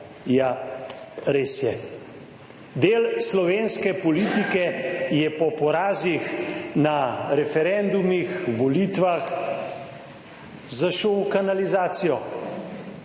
Ja, res je. Del slovenske politike je po porazih na referendumih, volitvah zašel v kanalizacijo